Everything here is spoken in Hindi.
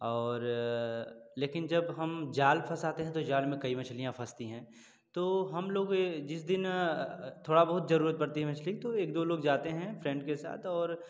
और लेकिन जब हम जाल फंसाते हैँ तो जाल में कई मछलियाँ फंसती हैँ तो हम लोग जिस दिन थोड़ा बहुत ज़रूरत पड़ती है मछली तो एक दो लोग जाते हैं फ्रेंड के साथ और